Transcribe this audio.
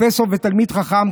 פרופסור ותלמיד חכם,